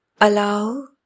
Allow